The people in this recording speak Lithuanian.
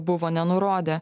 buvo nenurodė